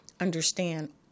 understand